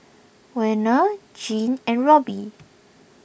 Werner Jean and Robbie